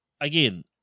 again